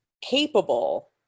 capable